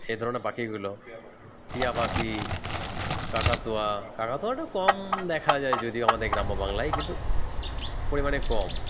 এই ধরনের পাখিগুলো টিয়া পাখি কাকাতুয়া কাকাতুয়াটা কম দেখা যায় যদিও আমাদের গ্রাম বাংলায় পরিমাণে কম